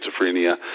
schizophrenia